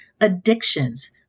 addictions